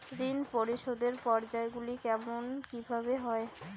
ঋণ পরিশোধের পর্যায়গুলি কেমন কিভাবে হয়?